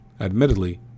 admittedly